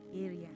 area